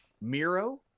miro